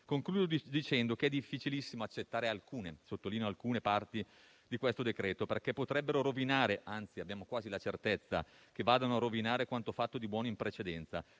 Concludo dicendo che è difficilissimo accettare alcune - sottolineo, alcune - parti di questo provvedimento, perché potrebbero (anzi, abbiamo quasi la certezza) rovinare quanto fatto di buono in precedenza.